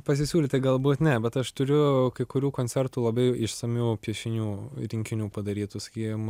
pasisiūlyti galbūt ne bet aš turiu kai kurių koncertų labai išsamių piešinių rinkinių padarytų sakykim